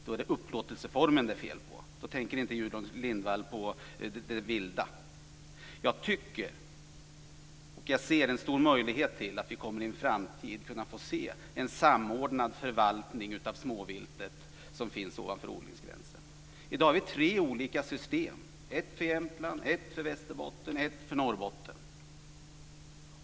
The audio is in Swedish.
Då är det upplåtelseformen det är fel på. Då tänker Gudrun Lindvall inte på det vilda. Jag ser en stor möjlighet att vi i en framtid ska kunna se en samordnad förvaltning av det småvilt som finns ovanför odlingsgränsen. Vi har i dag tre olika system: ett för Jämtland, ett för Västerbotten och ett för Norrbotten.